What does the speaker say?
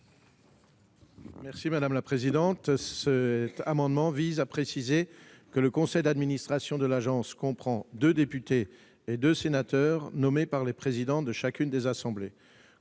est à M. le rapporteur. Cet amendement vise à préciser que le conseil d'administration de l'agence comprendra deux députés et deux sénateurs nommés par les présidents de chacune des assemblées.